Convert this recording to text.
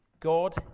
God